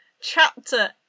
chapter